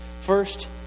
First